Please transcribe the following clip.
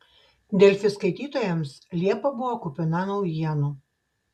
delfi skaitytojams liepa buvo kupina naujienų